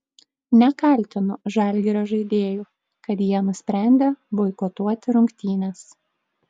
nekaltinu žalgirio žaidėjų kad jie nusprendė boikotuoti rungtynes